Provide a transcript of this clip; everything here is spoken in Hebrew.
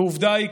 ועובדה היא,